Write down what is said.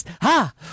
ha